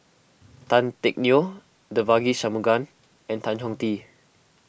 Tan Teck Neo Devagi Sanmugam and Tan Chong Tee